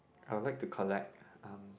I would like to collect um